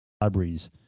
libraries